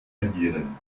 reagieren